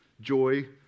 joy